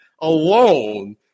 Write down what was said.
alone